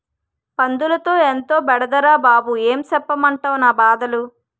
పందులతో ఎంతో బెడదరా బాబూ ఏం సెప్పమంటవ్ నా బాధలు